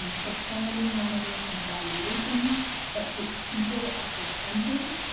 um so planning monitoring and evaluation that puts people at the center.